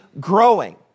growing